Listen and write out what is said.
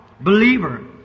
believer